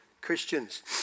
Christians